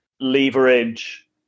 leverage